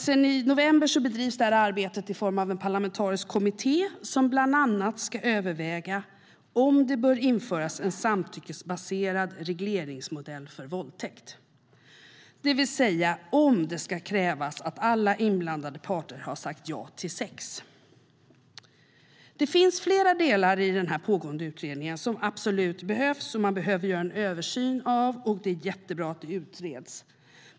Sedan november bedrivs arbetet av en parlamentarisk kommitté som bland annat ska överväga om det bör införas en samtyckesbaserad regleringsmodell för våldtäkt, det vill säga om det ska krävas att alla inblandade parter har sagt ja till sex. Det finns flera delar i den pågående utredningen som man absolut behöver göra en översyn av. Det är jättebra att det utreds.